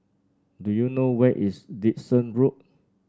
do you know where is Dickson Road